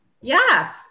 Yes